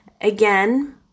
again